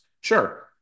Sure